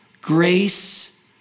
grace